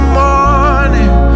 morning